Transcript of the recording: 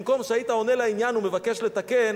במקום שהיית עונה לעניין ומבקש לתקן,